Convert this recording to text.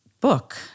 book